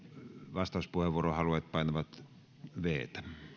vastauspuheenvuoroa haluavat painavat viittä